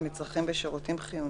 של מצרכים ושירותים חיוניים?